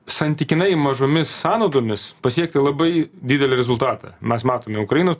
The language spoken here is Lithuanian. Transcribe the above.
santykinai mažomis sąnaudomis pasiekti labai didelį rezultatą mes matome ukrainos